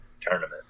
tournament